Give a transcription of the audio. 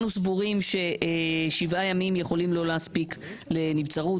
אנחנו סבורים ששבעה ימים יכולים לא להספיק לנבצרות